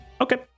Okay